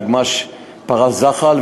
נגמ"ש פרס זחל,